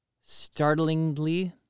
Startlingly